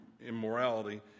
immorality